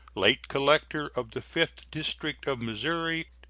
late collector of the fifth district of missouri,